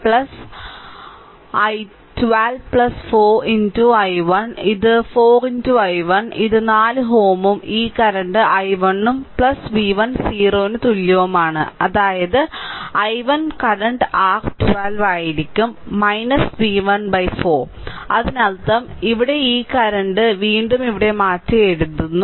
അതിനാൽ 12 4 i1 ഇത് 4 i1 ഇത് 4Ω ഉം ഈ കറന്റ് i1 ഉം v1 0 ന് തുല്യവുമാണ് അതായത് i1 കറന്റ് r 12 ആയിരിക്കും v1 4 അതിനാൽ അതിനർത്ഥം ഇവിടെ ഈ കറന്റ് വീണ്ടും ഇവിടെ മാറ്റിയെഴുതുന്നു